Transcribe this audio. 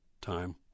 time